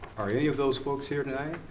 are any of those folks here tonight?